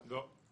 לא.